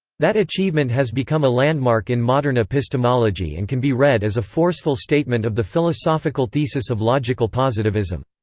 that achievement has become a landmark in modern epistemology and can be read as a forceful statement of the philosophical thesis of logical positivism.